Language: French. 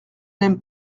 n’aime